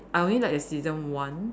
I only like the season one